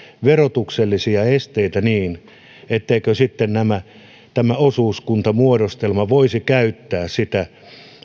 verotuksellisia esteitä niin etteikö sitten tämä osuuskuntamuodostelma voisi käyttää sitä